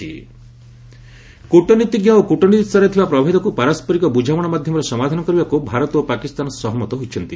India Pak କୂଟନୀତିଜ୍ଞ ଏବଂ କୂଟନୀତି ସ୍ତରରେ ଥିବା ପ୍ରଭେଦକୁ ପାରସରିକ ବୁଝାମଣା ମାଧ୍ୟମରେ ସମାଧାନ କରିବାକୁ ଭାରତ ଓ ପାକିସ୍ତାନ ସହମତ ହୋଇଛନ୍ତି